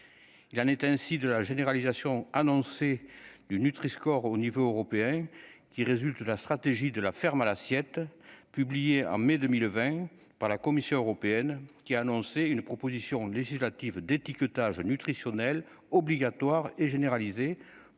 il en est ainsi de la généralisation annoncée du score au niveau européen qui résulte de la stratégie de la ferme à l'assiette, publié en mai 2020 par la Commission européenne, qui a annoncé une proposition législative d'étiquetage nutritionnel obligatoire et généralisée